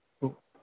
हो